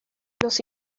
los